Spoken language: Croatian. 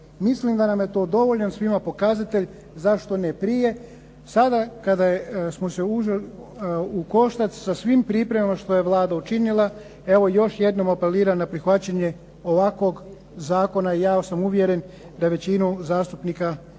Mislim da nam je to dovoljan svima pokazatelj zašto ne prije. Sada kada smo se uhvatili u koštac sa svim pripremama što je Vlada učinila, evo još jednom apeliram na prihvaćanje ovakvog zakona i ja sam uvjeren da većinu zastupnika će imat